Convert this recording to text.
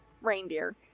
reindeer